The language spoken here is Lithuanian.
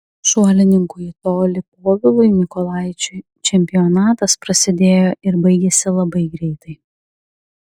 šuolininkui į tolį povilui mykolaičiui čempionatas prasidėjo ir baigėsi labai greitai